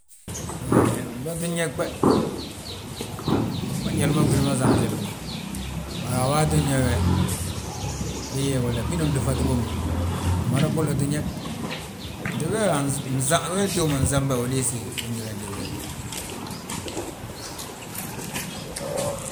Hee, blotin ñég be, fo njali ma gwili ma sanselim bommu. Bari a waatin yo we, biyoo, binan blúfat bommu, umada bi loti ñég, we tíw ma nsaambayi wi diisi wentelen diwilin ma.